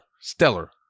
Stellar